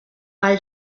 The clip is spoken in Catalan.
pel